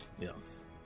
Yes